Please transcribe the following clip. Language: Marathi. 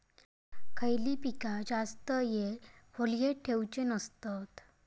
खयली पीका जास्त वेळ खोल्येत ठेवूचे नसतत?